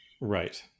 Right